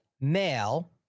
male